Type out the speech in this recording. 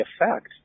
effect